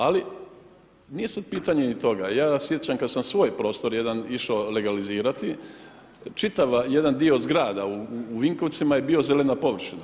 Ali, nije sada pitanje toga, ja se sjećam kada sam svoj prostor jedan išao legalizirati, čitava jedan dio zgrada u Vinkovcima je bio zelena površina.